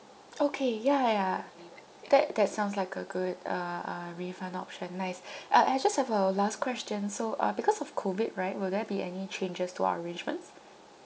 okay yeah yeah that that sounds like a good uh uh refund option nice uh I just have a last question so uh because of COVID right will there be any changes to our arrangements